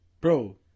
bro